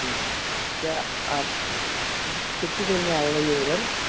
जी क्या आप कितनी देर में आएगा ये ओडर